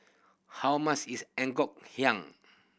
how muss is Ngoh Hiang